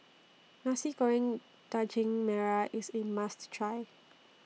Nasi Goreng Daging Merah IS A must Try